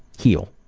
heal,